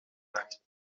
nacht